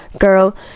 Girl